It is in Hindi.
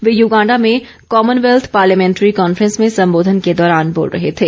वे यूगांडा में कॉमनवैल्थ पार्लियामेंट्री कॉन्फ्रेंस में संबोधन के दौरान बोल रहे थे